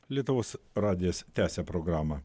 lietuvos radijas tęsia programą